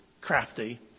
crafty